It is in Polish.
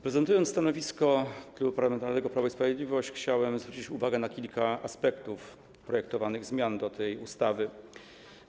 Prezentując stanowisko Klubu Parlamentarnego Prawo i Sprawiedliwość, chciałem zwrócić uwagę na kilka aspektów projektowanych w tej ustawie zmian.